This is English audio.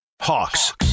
Hawks